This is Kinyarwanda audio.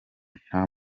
nta